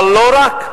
אבל לא רק,